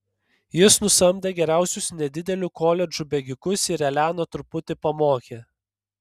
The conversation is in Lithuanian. jis nusamdė geriausius nedidelių koledžų bėgikus ir eleną truputį pamokė